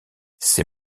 ces